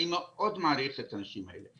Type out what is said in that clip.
אני מאוד מעריך את הנשים האלה.